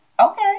okay